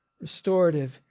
restorative